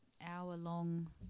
hour-long